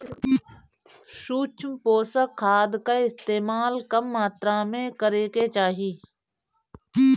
सूक्ष्म पोषक खाद कअ इस्तेमाल कम मात्रा में करे के चाही